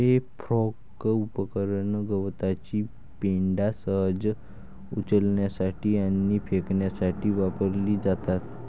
हे फोर्क उपकरण गवताची पेंढा सहज उचलण्यासाठी आणि फेकण्यासाठी वापरली जातात